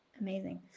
Amazing